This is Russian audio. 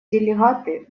делегаты